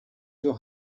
your